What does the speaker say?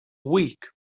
week